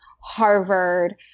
Harvard